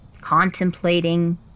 contemplating